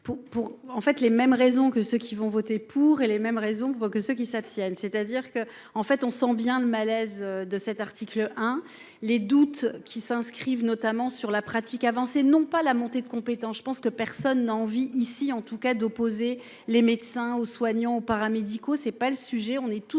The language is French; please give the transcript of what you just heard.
en fait les mêmes raisons que ceux qui vont voter pour et les mêmes raisons que ceux qui s'abstiennent. C'est-à-dire que en fait on sent bien le malaise de cet article hein les doutes qui s'inscrivent notamment sur la pratique avancée non pas la montée de compétences. Je pense que personne n'a envie ici en tout cas d'opposer les médecins ou soignants ou paramédicaux, c'est pas le sujet.